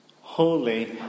Holy